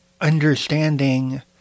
understanding